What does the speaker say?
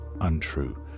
untrue